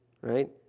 right